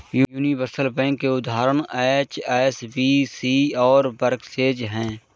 universal bank के उदाहरण HSBC और बार्कलेज हैं